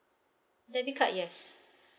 debit card yes